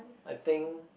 I think